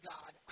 God